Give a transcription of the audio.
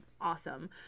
awesome